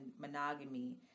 monogamy